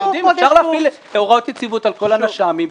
אפשר להפעיל הוראות יציבות על כל הנש"מים.